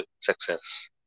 success